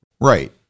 Right